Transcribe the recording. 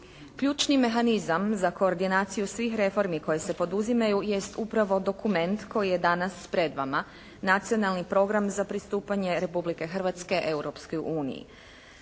Ključni mehanizam za koordinaciju svih reformi koje se poduzimaju jest upravo dokument koji je danas pred vama, Nacionalni program za pristupanje Republike Hrvatske Europskoj uniji.